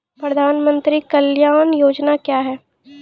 प्रधानमंत्री कल्याण योजना क्या हैं?